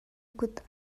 kut